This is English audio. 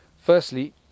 Firstly